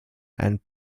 and